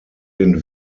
den